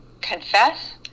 Confess